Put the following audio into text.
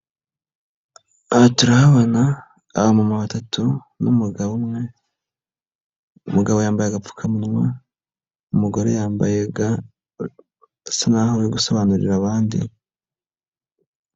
Aha turahabona aba mama batatu n'umugabo umwe, umugabo yambaye agapfukamunwa, umugore yambaye asa nkaho ari gusobanurira abandi.